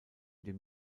dem